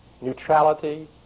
neutrality